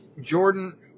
Jordan